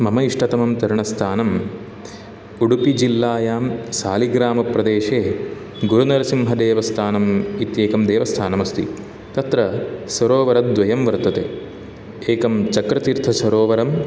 मम इष्टतमं तरणस्थानम् उडुपि जिल्लायां सालिग्रामप्रदेशे गुरुनरसिंहदेवस्थानम् इत्येकं देवस्थानम् अस्ति तत्र सरोवरद्वयं वर्तते एकं चक्रतीर्थ सरोवरम्